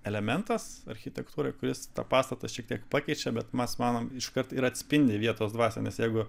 elementas architektūroj kuris tą pastatą šiek tiek pakeičia bet mes manom iškart ir atspindi vietos dvasią nes jeigu